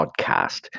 podcast